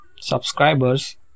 subscribers